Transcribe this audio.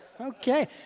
Okay